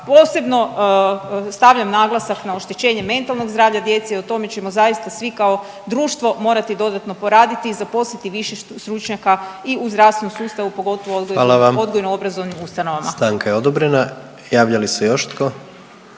posebno stavljam naglasak na oštećenje mentalnog zdravlja djece i o tome ćemo zaista svi kao društvo morati dodatno poraditi i zaposliti više stručnjaka i u zdravstvenom sustavu, pogotovo u odgojno obrazovnim ustanovama.